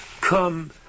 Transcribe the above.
come